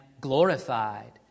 glorified